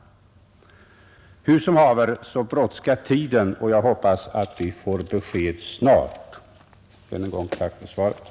Hur som helst så brådskar det, och jag hoppas att vi får besked snart. Herr talman! Jag tackar ännu en gång för svaret.